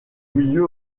milieu